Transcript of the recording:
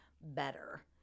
better